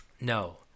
No